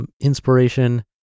inspiration